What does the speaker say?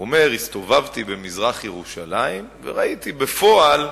הוא אומר: הסתובבתי במזרח-ירושלים וראיתי בפועל,